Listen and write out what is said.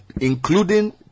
including